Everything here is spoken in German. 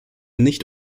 nicht